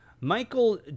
Michael